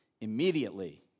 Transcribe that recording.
Immediately